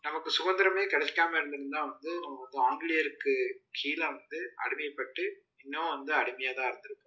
நமக்கு சுதந்திரமே கிடைக்காம இருந்திருந்தால் வந்து நம்ம வந்து ஆங்கிலேயருக்கு கீழே வந்து அடிமைப்பட்டு இன்னும் வந்து அடிமையாகதான் இருந்திருப்போம்